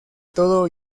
todo